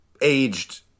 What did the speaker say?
aged